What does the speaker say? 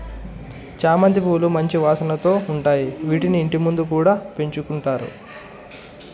చామంతి పూలు మంచి వాసనతో ఉంటాయి, వీటిని ఇంటి ముందు కూడా పెంచుకుంటారు